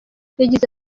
yagize